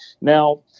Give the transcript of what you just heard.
Now